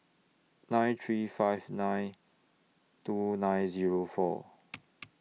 nine three five nine two nine Zero four